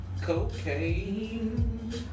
cocaine